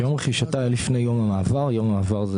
שיום רכישתה היה לפני יום המעבר - יום המעבר הוא